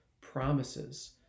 promises